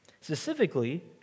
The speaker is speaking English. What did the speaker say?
Specifically